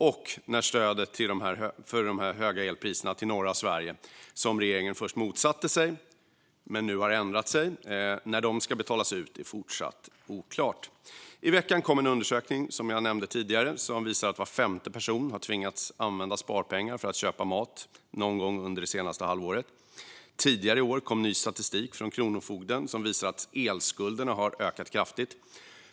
Och det är fortsatt oklart när stödet till norra Sverige för de höga elpriserna ska betalas ut - regeringen motsatte sig först detta stöd men har nu ändrat sig. I veckan kom en undersökning, som jag nämnde tidigare, som visar att var femte person har tvingats använda sparpengar för att köpa mat någon gång under det senaste halvåret. Tidigare i år kom ny statistik från Kronofogden som visar att elskulderna har ökat kraftigt.